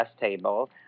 table